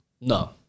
No